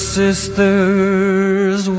sisters